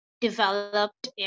developed